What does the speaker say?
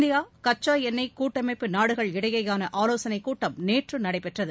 India கச்சா எண்ணெய் கூட்டமைப்பு நாடுகள் இடையேயான ஆவோசனை கூட்டம் நேற்று நடைபெற்றது